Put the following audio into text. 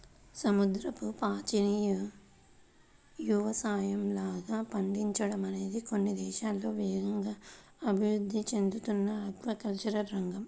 సముద్రపు పాచిని యవసాయంలాగా పండించడం అనేది కొన్ని దేశాల్లో వేగంగా అభివృద్ధి చెందుతున్న ఆక్వాకల్చర్ రంగం